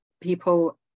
people